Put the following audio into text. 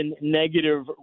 negative